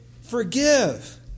forgive